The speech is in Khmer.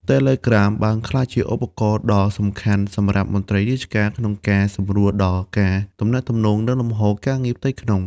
Telegram បានក្លាយជាឧបករណ៍ដ៏សំខាន់សម្រាប់មន្ត្រីរាជការក្នុងការសម្រួលដល់ការទំនាក់ទំនង និងលំហូរការងារផ្ទៃក្នុង។